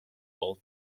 all